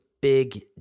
big